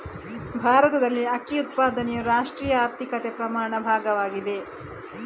ಭಾರತದಲ್ಲಿ ಅಕ್ಕಿ ಉತ್ಪಾದನೆಯು ರಾಷ್ಟ್ರೀಯ ಆರ್ಥಿಕತೆಯ ಪ್ರಮುಖ ಭಾಗವಾಗಿದೆ